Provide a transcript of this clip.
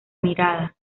mirada